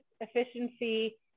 efficiency